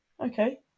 Okay